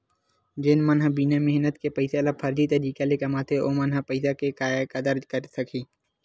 जउन मन ह बिना मेहनत के पइसा ल फरजी तरीका ले कमाथे ओमन ह पइसा के काय कदर करे सकही